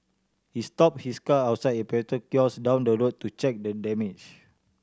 he stopped his car outside a petrol kiosk down the road to check the damage